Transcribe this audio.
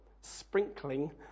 sprinkling